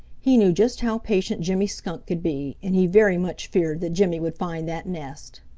he knew just how patient jimmy skunk could be, and he very much feared that jimmy would find that nest.